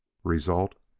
result,